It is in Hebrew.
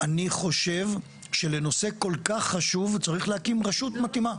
אני חושב שלנושא כל כך חשוב צריך להקים רשות מתאימה.